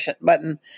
button